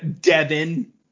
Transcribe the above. Devin